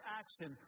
action